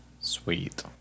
Sweet